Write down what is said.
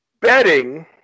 betting